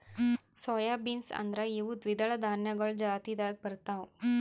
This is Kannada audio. ಸೊಯ್ ಬೀನ್ಸ್ ಅಂದುರ್ ಇವು ದ್ವಿದಳ ಧಾನ್ಯಗೊಳ್ ಜಾತಿದಾಗ್ ಬರ್ತಾವ್